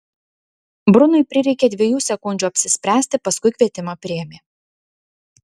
brunui prireikė dviejų sekundžių apsispręsti paskui kvietimą priėmė